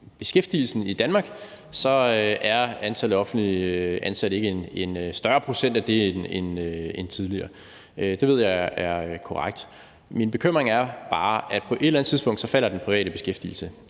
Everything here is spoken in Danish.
beskæftigelsen i Danmark, er antallet af offentligt ansatte ikke en større procent af det end tidligere. Det ved jeg er korrekt. Min bekymring er bare, at på et eller andet tidspunkt falder den private beskæftigelse,